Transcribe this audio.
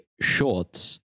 shorts